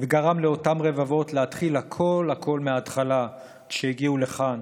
וגרם לאותם רבבות להתחיל הכול הכול מההתחלה כשהגיעו לכאן.